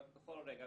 אבל בכל רגע,